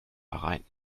bahrain